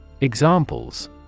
Examples